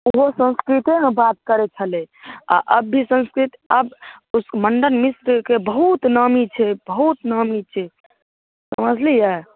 ओहो संस्कृतेमे बात करै छलै आओर अब भी संस्कृत अब मण्डन मिश्रके बहुत नामी छै बहुत नामी छै समझलिए